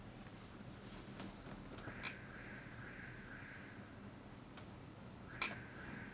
yeah